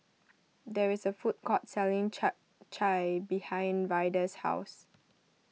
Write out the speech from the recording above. there is a food court selling Chap Chai behind Ryder's house